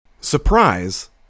surprise